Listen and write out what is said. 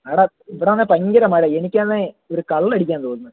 ആ ഡാ ഇവിടാന്നെ ഭയങ്കര മഴ എനിക്കാന്നെ ഒരു കള്ളടിക്കാൻ തോന്നുന്നു